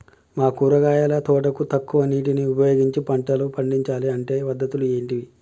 మా కూరగాయల తోటకు తక్కువ నీటిని ఉపయోగించి పంటలు పండించాలే అంటే పద్ధతులు ఏంటివి?